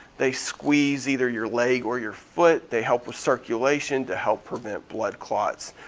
they squeeze either your leg or your foot, they help with circulation to help prevent blood clots.